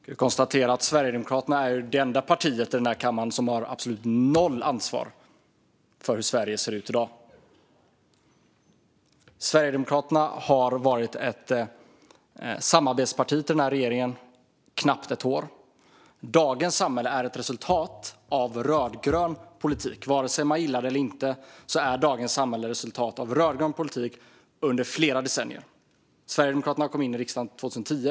Fru talman! Vi kan konstatera att Sverigedemokraterna är det enda parti i denna kammare som har absolut noll ansvar för hur Sverige ser ut i dag. Sverigedemokraterna har varit ett samarbetsparti till regeringen i knappt ett år. Dagens samhälle är, vare sig man gillar det eller inte, ett resultat av rödgrön politik under flera decennier. Sverigedemokraterna kom in i riksdagen 2010.